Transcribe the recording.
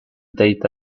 data